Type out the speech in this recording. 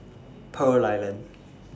Pearl Island